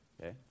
Okay